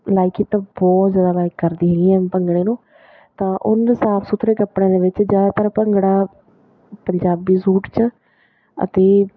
like ਕੀਤਾ ਬਹੁਤ ਜ਼ਿਆਦਾ ਲਾਈਕ ਕਰਦੀ ਹੈਗੀ ਹਾਂ ਭੰਗੜੇ ਨੂੰ ਤਾਂ ਉਹਨੂੰ ਸਾਫ ਸੁਥਰੇ ਕੱਪੜੇ ਦੇ ਵਿੱਚ ਜ਼ਿਆਦਾਤਰ ਭੰਗੜਾ ਪੰਜਾਬੀ ਸੂਟ 'ਚ ਅਤੇ